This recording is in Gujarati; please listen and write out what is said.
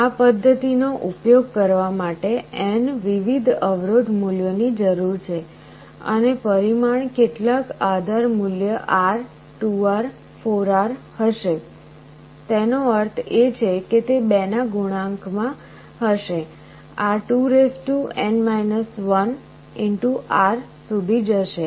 આ પદ્ધતિ નો ઉપયોગ કરવા માટે n વિવિધ અવરોધ મૂલ્યોની જરૂર છે અને પરિમાણ કેટલાક આધાર મૂલ્ય R 2R 4R હશે તેનો અર્થ એ છે કે તે 2 ના ગુણાંક માં હશે આ 2n 1 R સુધી જશે